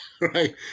right